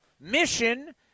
mission